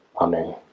amen